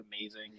amazing